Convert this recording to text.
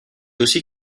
aussi